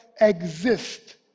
exist